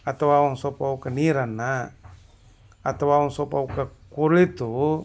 ಅಥವಾ ಒಂದು ಸ್ವಲ್ಪ ಅವ್ಕೆ ನೀರನ್ನು ಅಥವಾ ಒಂದು ಸ್ವಲ್ಪ ಅವ್ಕೆ ಕೂಳಿತ್ತು